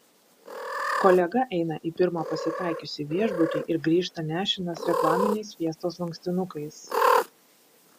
kolega eina į pirmą pasitaikiusį viešbutį ir grįžta nešinas reklaminiais fiestos lankstinukais